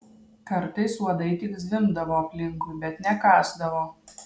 kartais uodai tik zvimbdavo aplinkui bet nekąsdavo